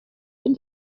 den